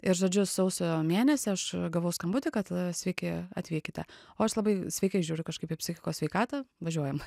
ir žodžiu sausio mėnesį aš gavau skambutį kad sveiki atvykite o aš labai sveikai žiūriu kažkaip į psichikos sveikatą važiuojam